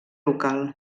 local